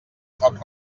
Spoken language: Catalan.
foc